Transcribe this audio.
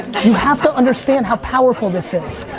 you have to understand how powerful this is.